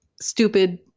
stupid